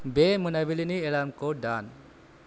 बे मोनाबिलिनि एलार्मखौ दान